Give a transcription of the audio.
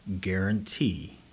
guarantee